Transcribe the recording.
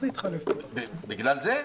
בגלל זה?